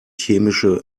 chemische